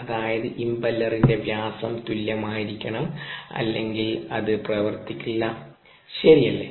അതായത് ഇംപെല്ലറിന്റെ വ്യാസം തുല്യമായിരിക്കണം അല്ലെങ്കിൽ അത് പ്രവർത്തിക്കില്ല ശരിയല്ലേ